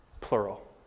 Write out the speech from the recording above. plural